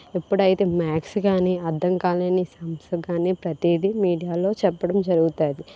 ఇప్పుడైతే మ్యాథ్స్ కానీ అర్థం కాలేని సమ్స్ కాని ప్రతిదీ మీడియాలో చెప్పడం జరుగుతుంది